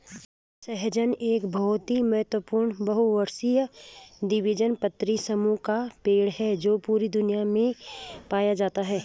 सहजन एक बहुत महत्वपूर्ण बहुवर्षीय द्विबीजपत्री समूह का पेड़ है जो पूरी दुनिया में पाया जाता है